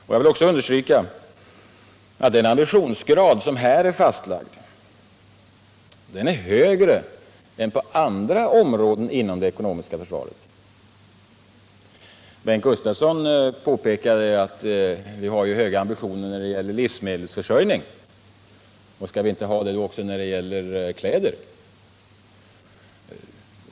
Jag vill också understryka att den ambitionsgrad som här är fastlagd är högre än på andra områden inom det ekonomiska försvaret. Bengt Gustavsson påpekade att vi har höga ambitioner när det gäller livsmedelsförsörjning och att vi borde ha det också när det gäller kläder.